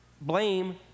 blame